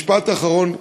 משפט אחרון.